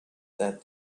that